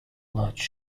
large